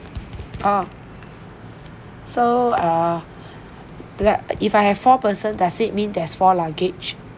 orh so err like if I have four person does it mean there's four luggage